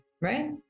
right